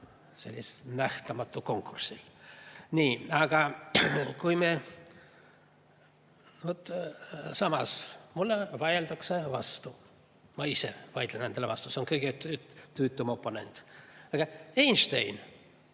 nähtamatul konkursil. Nii, aga kui me ... Samas, mulle vaieldakse vastu, ma ise vaidlen endale vastu – see on kõige tüütum oponent. Aga Einstein